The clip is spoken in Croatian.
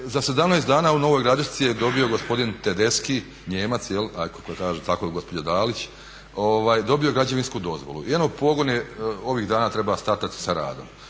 za 17 dana u Novoj Gradišci je dobio gospodin Tedesci, Nijemac ako kaže tako gospođa Dalić, dobio građevinsku dozvolu. I eno pogon je, ovih dana treba startati sa radom.